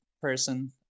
person